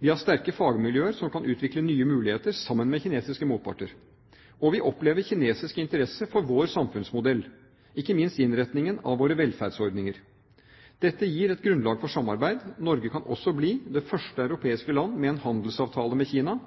Vi har sterke fagmiljøer som kan utvikle nye muligheter sammen med kinesiske motparter. Og vi opplever kinesisk interesse for vår samfunnsmodell, ikke minst innretningen av våre velferdsordninger. Dette gir et grunnlag for samarbeid. Norge kan også bli det første europeiske land med en handelsavtale med Kina,